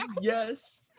Yes